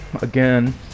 again